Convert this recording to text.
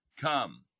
Come